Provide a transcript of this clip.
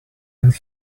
and